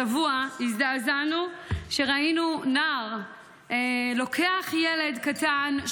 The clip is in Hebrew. השבוע הזדעזענו כשראינו נער לוקח ילד קטן,